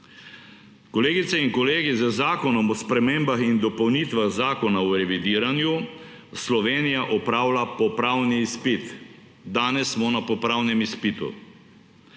Kolegice in kolegi, z zakonom o spremembah in dopolnitvah Zakona o revidiranju Slovenija opravlja popravni izpit. Danes smo na popravnem izpitu.